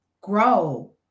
grow